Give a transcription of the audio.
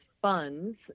funds